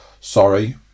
Sorry